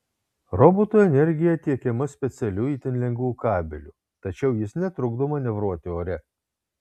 robotui energija tiekiama specialiu itin lengvu kabeliu tačiau jis netrukdo manevruoti ore